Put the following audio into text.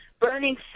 burning